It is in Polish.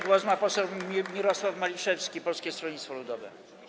Głos ma poseł Mirosław Maliszewski, Polskie Stronnictwo Ludowe.